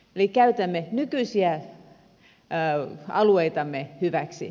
eli käytämme nykyisiä alueitamme hyväksi